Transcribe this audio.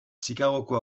chicagoko